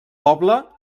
poble